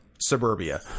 suburbia